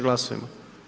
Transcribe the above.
Glasujmo.